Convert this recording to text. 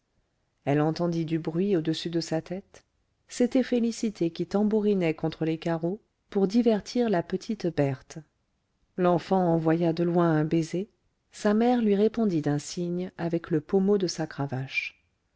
elle entendit du bruit au-dessus de sa tête c'était félicité qui tambourinait contre les carreaux pour divertir la petite berthe l'enfant envoya de loin un baiser sa mère lui répondit d'un signe avec le pommeau de sa cravache